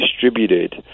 distributed